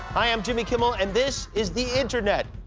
hi, i'm jimmy kimmel, and this is the internet.